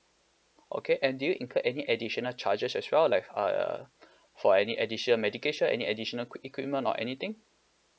okay and did you incur any additional charges as well like uh for any additional medication any additional qui~ equipment or anything